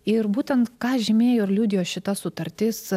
ir būtent ką žymėjo ir liudijo šita sutartis